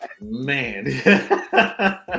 Man